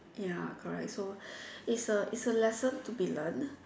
ya correct so it's a it's a lesson to be learn